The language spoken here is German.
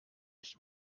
nicht